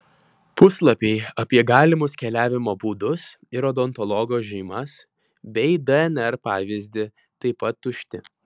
puslapiai apie galimus keliavimo būdus ir odontologo žymas bei dnr pavyzdį taip pat tušti